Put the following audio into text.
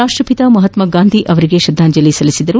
ರಾಷ್ಟಟಿತ ಮಹಾತ್ಮ ಗಾಂಧಿ ಅವರಿಗೆ ಶ್ರದ್ಧಾಂಜಲಿ ಸಲ್ಲಿಸಿದರು